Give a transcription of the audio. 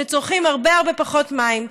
שצורכים הרבה הרבה פחות מים.